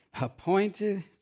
Appointed